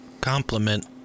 compliment